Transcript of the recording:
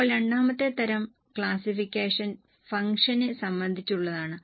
ഇപ്പോൾ രണ്ടാമത്തെ തരം ക്ലാസ്സിഫിക്കേഷൻ ഫംഗ്ഷനെ സംബന്ധിച്ചുള്ളതാണ്